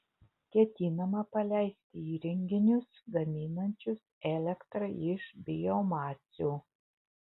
ketinama paleisti įrenginius gaminančius elektrą iš biomasių